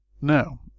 now